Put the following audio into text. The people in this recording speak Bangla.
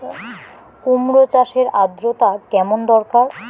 কুমড়ো চাষের আর্দ্রতা কেমন দরকার?